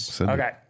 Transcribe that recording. Okay